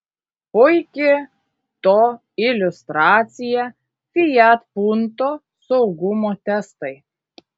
puiki to iliustracija fiat punto saugumo testai